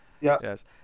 Yes